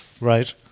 right